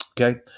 Okay